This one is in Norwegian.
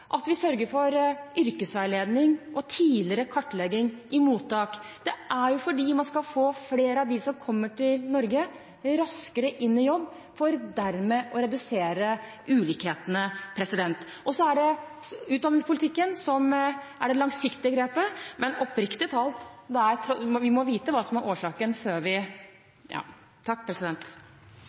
sørger for yrkesveiledning og tidligere kartlegging i mottak – fordi man skal få flere av dem som kommer til Norge, raskere inn i jobb for dermed å redusere ulikhetene. Så er det utdanningspolitikken som er det langsiktige grepet, men oppriktig talt – vi må vite hva som er årsaken før vi … ja – takk, president!